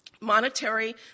Monetary